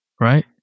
right